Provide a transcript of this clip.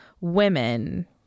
women